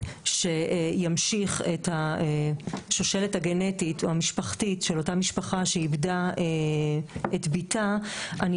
שימשיך את השושלת הגנטית או המשפחתית של אותה משפחה שאיבדה את בתה אני